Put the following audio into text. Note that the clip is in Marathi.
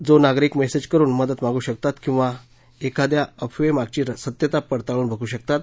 जो नागरिक मेसेज करुन मदत मागू शकतात किंवा एखाद्या अफवे मागची सत्यता पडताळून बघू शकतात